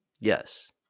yes